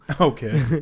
Okay